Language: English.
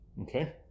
Okay